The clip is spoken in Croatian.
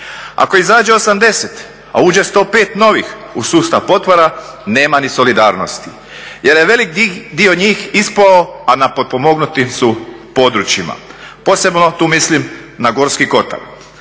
Ako izađe 80, a uđe 105 novih u sustav potpora, nema ni solidarnosti jer je veliki dio njih ispao, a na potpomognutim su područjima. Posebno tu mislim na Gorski Kotar.